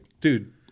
dude